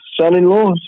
son-in-law